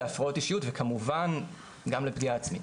להפרעות אישיות וכמובן גם לפגיעה עצמית.